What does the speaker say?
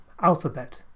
Alphabet